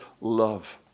love